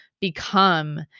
become